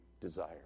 desire